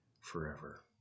forever